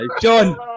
John